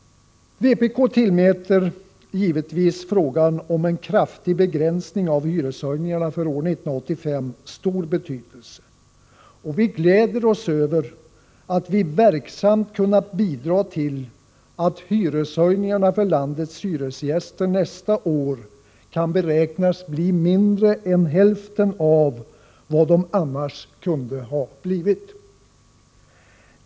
Vpk tillmäter givetvis frågan om en kraftig begränsning av hyreshöjningarna för år 1985 stor betydelse, och vi gläder oss över att vi verksamt kunnat bidra till att hyreshöjningarna för landets hyresgäster nästa år kan beräknas bli mindre än hälften av vad de annars kunde ha blivit.